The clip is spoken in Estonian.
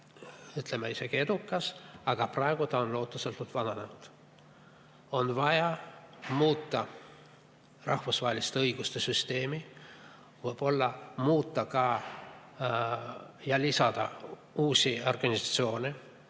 ütleme, isegi edukas, aga praegu ta on lootusetult vananenud. On vaja muuta rahvusvahelist õiguste süsteemi, võib-olla ka muuta ja lisada uusi organisatsioone,